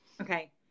Okay